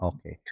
Okay